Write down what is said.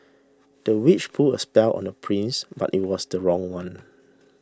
the witch put a spell on the prince but it was the wrong one